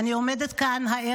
אני פונה מפה לציבור